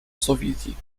soviétique